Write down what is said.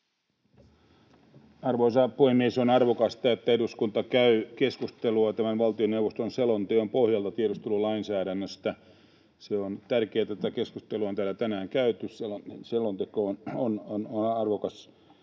Arvoisa puhemies! On arvokasta, että eduskunta käy keskustelua tämän valtioneuvoston selonteon pohjalta tiedustelulainsäädännöstä. On tärkeätä, että tätä keskustelua on täällä tänään käyty. Selonteko on arvokas